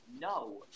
no